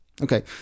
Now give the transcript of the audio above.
Okay